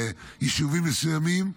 ביישובים מסוימים,